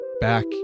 back